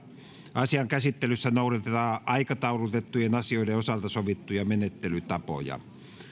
asian käsittelyssä noudatetaan aikataulutettujen asioiden osalta sovittuja menettelytapoja